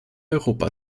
europa